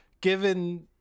given